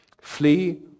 Flee